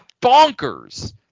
bonkers